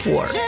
War